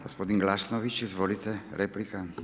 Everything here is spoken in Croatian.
Gospodin Glasnović izvolite, replika.